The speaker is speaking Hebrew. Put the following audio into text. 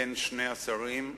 בין שני השרים.